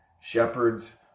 Shepherds